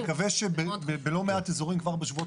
אני מקווה שבלא מעט אזורים כבר בשבועות